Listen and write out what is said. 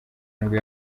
nibwo